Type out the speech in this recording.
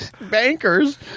bankers